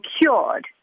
cured